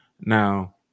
now